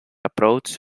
approach